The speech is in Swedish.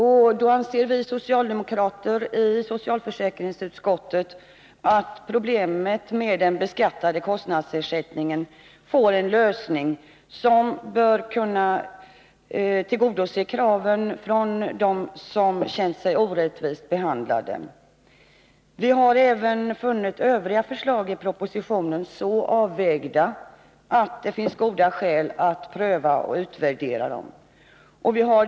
Därmed anser vi socialdemokrater i socialförsäkringsutskottet att problemet med den beskattade kostnadsersättningen får en lösning som bör kunna tillgodose kraven från dem som känt sig orättvist behandlade. Vi finner även övriga förslag i propositionen vara så väl avvägda att det finns goda skäl att pröva och utvärdera dem.